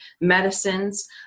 medicines